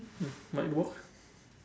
might work